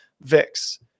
VIX